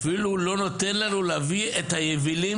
אפילו לא נותן לנו להביא את היבילים